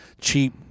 cheap